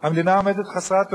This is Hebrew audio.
כי המדינה לא נותנת אישור.